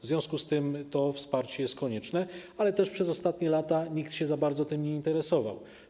W związku z tym to wsparcie jest konieczne, ale też przez ostatnie lata nikt za bardzo tym się nie interesował.